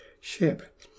ship